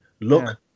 Look